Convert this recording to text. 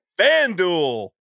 FanDuel